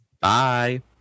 bye